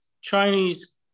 Chinese